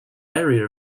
area